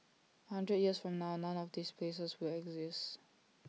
A hundred years from now none of these places will exist